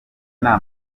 nta